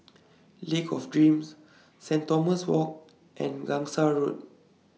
Lake of Dreams Saint Thomas Walk and Gangsa Road